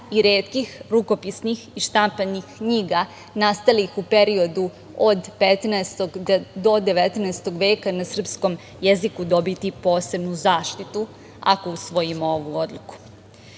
i retkih rukopisnih i štampanih knjiga nastalih u periodu od 15. do 19. veka na srpskom jeziku dobiti posebnu zaštitu ako usvojimo ovu